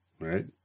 right